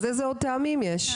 אז איזה עוד טעמים יש?